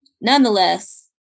nonetheless